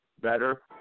better